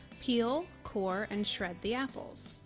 peel, core and shred the apples.